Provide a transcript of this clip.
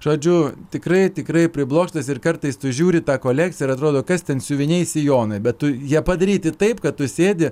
žodžiu tikrai tikrai priblokštas ir kartais tu žiūri tą kolekciją ir atrodo kas ten siuviniai sijonai bet tu jie padaryti taip kad tu sėdi